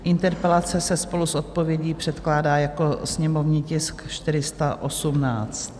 Interpelace se spolu s odpovědí předkládá jako sněmovní tisk 418.